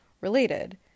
related